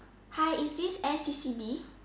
hi is this AirBnB